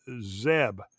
Zeb